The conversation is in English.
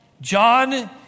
John